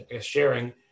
sharing